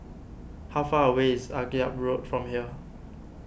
how far away is Akyab Road from here